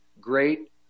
Great